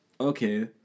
okay